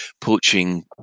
poaching